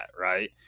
right